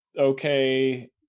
okay